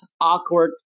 Awkward